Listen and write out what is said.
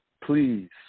please